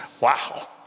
Wow